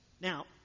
Now